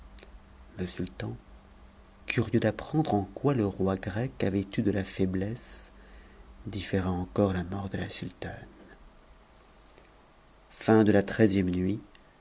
le sultan curieux d'apprendre en quoi le roi grec avait eu de la faiblesse différa encore la mort de la sultane xiv nuit